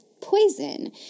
poison